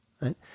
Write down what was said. Right